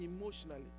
emotionally